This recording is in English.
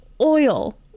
oil